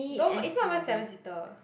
though it's not even seven seater